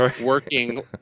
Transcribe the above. working